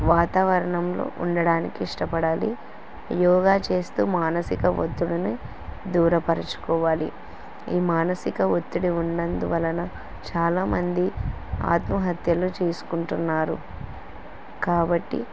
వాతావరణంలో ఉండటానికి ఇష్టపడాలి యోగా చేస్తూ మానసిక ఒత్తిడిని దూరపరచుకోవాలి ఈ మానసిక ఒత్తిడి ఉన్నందువలన చాలామంది ఆత్మహత్యలు చేసుకుంటున్నారు కాబట్టి